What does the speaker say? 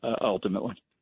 ultimately